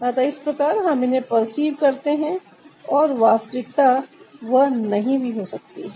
अतः इस प्रकार हम इन्हें पर्सीवकरते हैं और वह वास्तविकता नहीं भी हो सकती है